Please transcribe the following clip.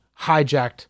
hijacked